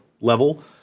level